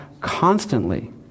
constantly